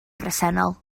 bresennol